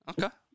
Okay